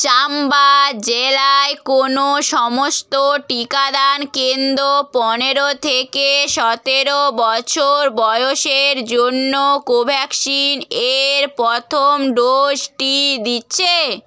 চাম্বা জেলায় কোনও সমস্ত টিকাদান কেন্দ্র পনেরো থেকে সতেরো বছর বয়সের জন্য কোভ্যাক্সিন এর প্রথম ডোজটি দিচ্ছে